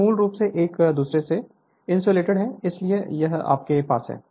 वे मूल रूप से एक दूसरे से इंसुलेटेड हैं इसलिए यह आपके पास है